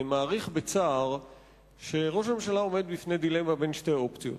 אני מעריך בצער שראש הממשלה עומד בפני דילמה בין שתי אופציות.